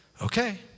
Okay